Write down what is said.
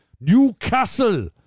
Newcastle